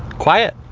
quiet.